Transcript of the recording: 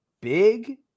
big